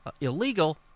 illegal –